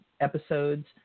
episodes